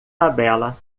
tabela